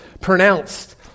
pronounced